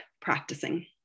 practicing